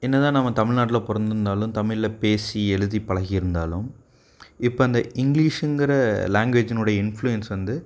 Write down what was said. என்ன தான் நம்ம தமிழ்நாட்டில் பிறந்திருந்தாலும் தமிழில் பேசி எழுதி பழகி இருந்தாலும் இப்போ அந்த இங்கிலிஷ்ங்குற லேங்வேஜ்ஜுனுடைய இன்ஃப்ளூயன்ஸ் வந்து